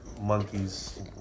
monkeys